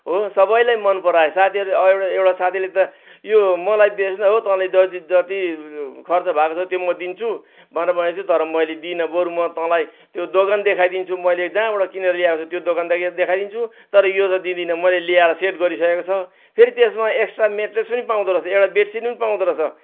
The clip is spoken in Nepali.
हो सबैलाई मन पराए साथीहरूले एउटा साथीले त यो मलाई बेच्न हौ तँलाई जति जति खर्च भएको छ त्यो म दिन्छु भनेर भनेको थियो तर मैले दिइनँ बरु म तँलाई त्यो दोकान देखाइदिन्छु मैले जहाँबाट किनेर ल्याएको छु त्यो दोकान देखाइदिन्छु तर यो चाहिँ दिँदिन मैले ल्याएर सेट गरिसकेको छ फेरि त्यसमा एक्सट्रा मेट्रेस पनि पाउँदो रहेछ एउटा बेडसिट पनि पाउँदो रहेछ